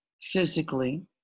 physically